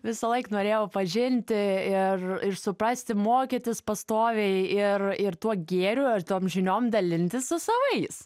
visąlaik norėjau pažinti ir ir suprasti mokytis pastoviai ir ir tuo gėriu ar tom žiniom dalintis su savais